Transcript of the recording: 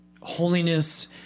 holiness